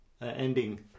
ending